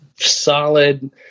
solid